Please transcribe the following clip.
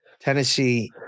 Tennessee